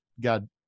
God